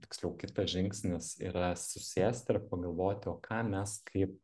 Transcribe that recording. tiksliau kitas žingsnis yra susėsti ir pagalvoti o ką mes kaip